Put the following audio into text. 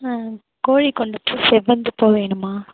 ஆ கோழிக்கொண்டை பூ செவ்வந்தி பூ வேணும்மா